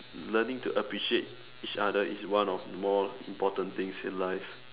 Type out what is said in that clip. learning to appreciate each other is one of more important things in life